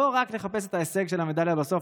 לא רק לחפש את ההישג של המדליה בסוף.